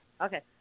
Okay